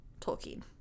Tolkien